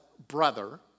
brother